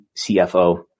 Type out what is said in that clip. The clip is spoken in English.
CFO